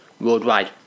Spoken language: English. worldwide